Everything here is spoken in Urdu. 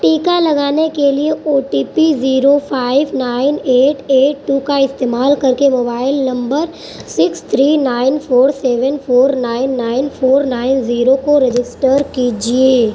ٹیکا لگانے کے لیے O T P zero five nine eight eight two کا استعمال کر کے mobile number six three nine four seven four nine nine four nine zero کو رجسٹر کیجیے